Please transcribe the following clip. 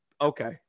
okay